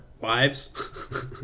wives